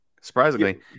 surprisingly